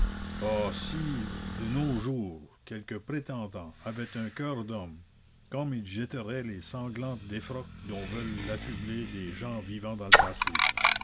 si de nos jours quelque prétendant avait un cœur d'homme comme il jetterait les sanglantes défroques dont veulent l'affubler des gens vivant dans le passé